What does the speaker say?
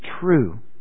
true